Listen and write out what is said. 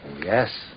yes